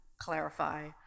clarify